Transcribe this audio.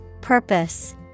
Purpose